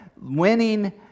winning